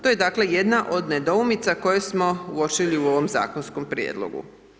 To je dakle jedna od nedoumica koje smo uočili u ovom zakonskom Prijedlogu.